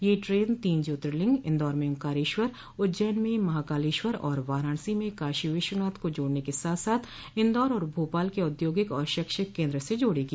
यह ट्रेन तीन ज्योतिर्लिंग इन्दौर में ओंकारेश्वर उज्जैन में महाकालेश्वर और वाराणसी में काशी विश्वनाथ को जोड़ने के साथ साथ इन्दौर और भोपाल के औद्योगिक और शैक्षिक केन्द्र से जोड़ेगी